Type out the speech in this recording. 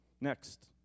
Next